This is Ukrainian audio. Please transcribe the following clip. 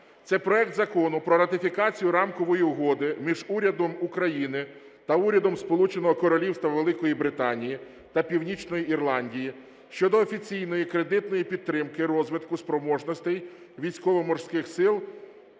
Це проект Закону про ратифікацію Рамкової угоди між Урядом України та Урядом Сполученого Королівства Великої Британії та Північної Ірландії щодо офіційної кредитної підтримки розвитку спроможностей Військово-Морських Сил